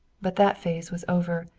but that phase was over.